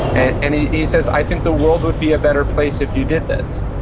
and and he he says, i think the world would be a better place if you did this.